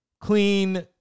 clean